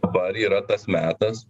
dabar yra tas metas